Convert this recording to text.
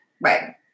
Right